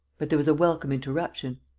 but there was a welcome interruption.